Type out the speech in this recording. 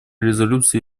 резолюции